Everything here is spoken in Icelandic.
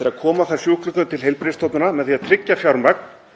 þegar koma þarf sjúklingum til heilbrigðisstofnana með því að tryggja fjármagn